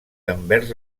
envers